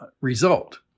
result